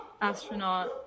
astronaut